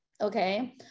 Okay